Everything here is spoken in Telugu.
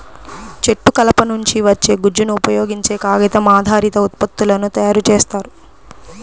చెట్టు కలప నుంచి వచ్చే గుజ్జును ఉపయోగించే కాగితం ఆధారిత ఉత్పత్తులను తయారు చేస్తారు